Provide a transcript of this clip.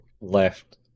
left